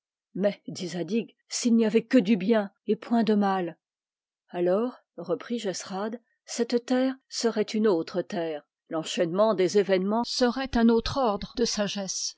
s'il n'y avait que du bien et point de mal alors reprit jesrad cette terre serait une autre terre l'enchaînement des événements serait un autre ordre de sagesse